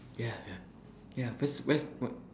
ya ya ya where's where's